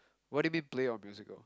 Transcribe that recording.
what do you mean play your musical